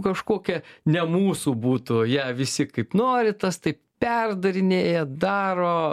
kažkokia ne mūsų būtų ją visi kaip nori tas taip perdarinėja daro